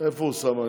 איפה הוא, אוסאמה?